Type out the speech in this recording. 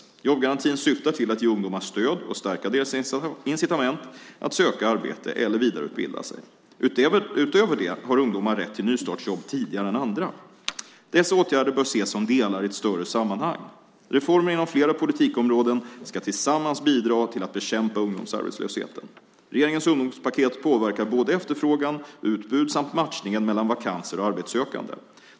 Jobbgarantin syftar till att ge ungdomar stöd och stärka deras incitament att söka arbete eller vidareutbilda sig. Utöver det har ungdomar rätt till nystartsjobb tidigare än andra. Dessa åtgärder bör ses som delar i ett större sammanhang. Reformer inom flera politikområden ska tillsammans bidra till att bekämpa ungdomsarbetslösheten. Regeringens ungdomspaket påverkar både efterfrågan, utbud samt matchningen mellan vakanser och arbetssökande.